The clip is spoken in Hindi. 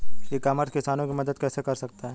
ई कॉमर्स किसानों की मदद कैसे कर सकता है?